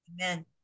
amen